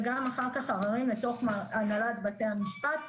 וגם אחר כך עררים לתוך הנהלת בתי המשפט.